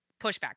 pushback